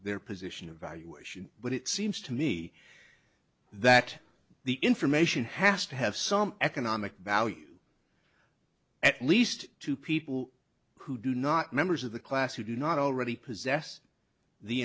their position of valuation but it seems to me that the information has to have some economic value at least to people who do not members of the class who do not already possess the